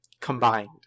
Combined